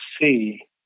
see